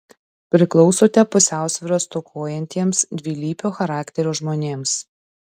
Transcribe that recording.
priklausote pusiausvyros stokojantiems dvilypio charakterio žmonėms